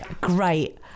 great